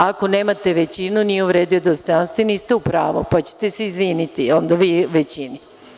Ako nemate većinu, nije uvredio dostojanstvo i niste u pravu, pa će se izviniti vi većini.